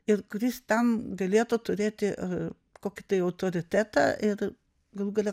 ir kuris ten galėtų turėti kokį autoritetą ir galų gale